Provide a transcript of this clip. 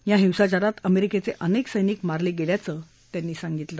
या हिंसाचारात अमेरिकेचे अनेक सैनिक मारले गेल्याचं त्यांनी सांगितलं